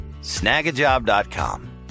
SnagAjob.com